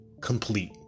complete